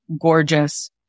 gorgeous